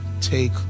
take